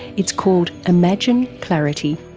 it's called imagine clarity.